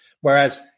whereas